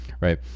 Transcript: right